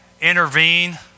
intervene